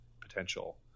potential